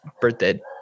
birthday